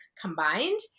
combined